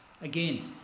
Again